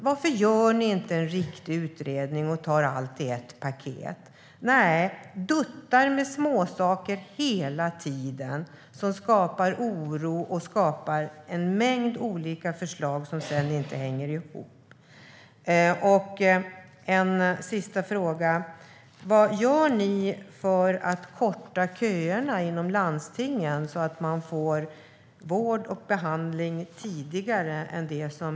Varför gör ni inte en riktig utredning och tar allt i ett paket? Ni duttar hela tiden med småsaker som skapar oro. Ni kommer med en mängd olika förslag som sedan inte hänger ihop. Jag har en sista fråga. Vad gör ni för att korta köerna inom landstingen, så att man får vård och behandling tidigare än i dag?